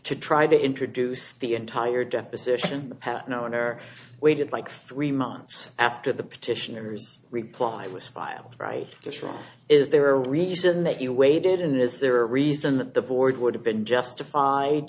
to try to introduce the entire deposition have known or waited like three months after the petitioners reply was filed right to trial is there a reason that you waited and is there a reason that the board would have been justified